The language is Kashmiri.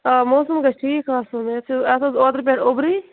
آ موسَم گژھِ ٹھیٖک آسُن ویسے یتھ اوس اوترٕ پٮ۪ٹھ اوٚبرُے